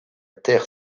terre